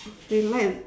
they like